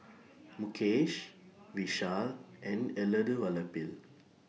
Mukesh Vishal and Elattuvalapil